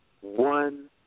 One